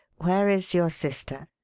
where is your sister?